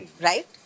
Right